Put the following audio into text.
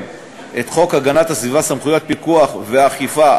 את חוק הגנת הסביבה (סמכויות פיקוח ואכיפה),